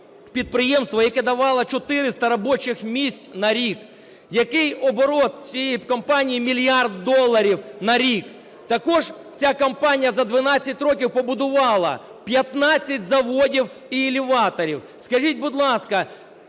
підприємство, яке давало 400 робочих місць на рік. Який оборот, цієї компанії, мільярд доларів на рік. Також ця компанія за 12 років побудувала 15 заводів і елеваторів. Скажіть, будь ласка,